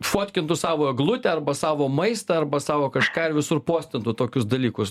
fotkintų savo eglutę arba savo maistą arba savo kažką ir visur postintų tokius dalykus